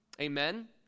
Amen